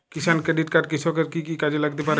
কিষান credit card কৃষকের কি কি কাজে লাগতে পারে?